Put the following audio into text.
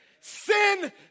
sin